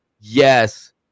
yes